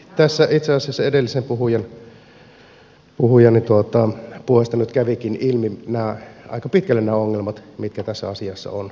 tässä itse asiassa edellisen puhujan puheesta nyt kävivätkin ilmi aika pitkälle nämä ongelmat joita tässä asiassa on